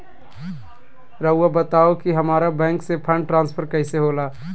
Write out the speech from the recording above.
राउआ बताओ कि हामारा बैंक से फंड ट्रांसफर कैसे होला?